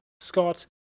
Scott